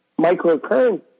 Microcurrent